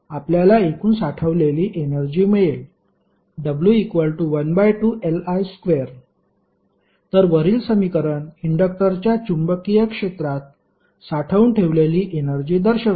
आपल्याला एकूण साठवलेली एनर्जी मिळेल w12Li2 तर वरील समीकरण इंडक्टरच्या चुंबकीय क्षेत्रात साठवून ठेवलेली एनर्जी दर्शवते